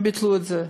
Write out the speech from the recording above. הם ביטלו את זה,